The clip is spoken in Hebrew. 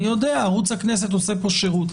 אני יודע, ערוץ הכנסת עושה פה שירות.